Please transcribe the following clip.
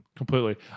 Completely